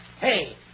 Hey